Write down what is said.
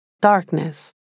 darkness